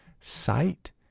sight